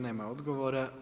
Nema odgovora.